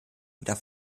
wieder